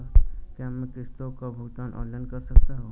क्या मैं किश्तों का भुगतान ऑनलाइन कर सकता हूँ?